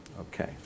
Okay